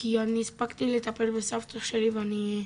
כי אני הספקתי לטפל בסבתא שלי ואני,